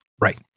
Right